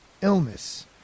illness